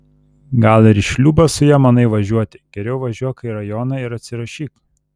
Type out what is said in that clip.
gal ir į šliūbą su ja manai važiuoti geriau važiuok į rajoną ir atsirašyk